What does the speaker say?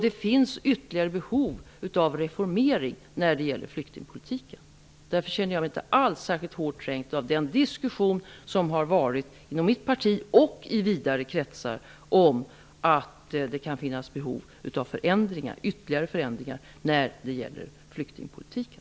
Det finns ytterligare behov av reformering av flyktingpolitiken, och därför känner jag mig inte alls särskilt hårt trängd av den diskussion som har förts inom mitt parti och i vidare kretsar om att det kan finnas behov av ytterligare förändringar i flyktingpolitiken.